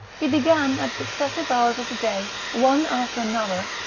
he began, at successive hours of the day, one after another,